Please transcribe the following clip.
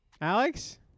Alex